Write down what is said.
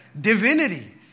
divinity